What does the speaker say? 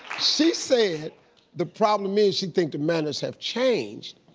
she said the problem is she thinks the manners have changed.